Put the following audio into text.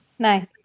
Nice